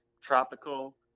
tropical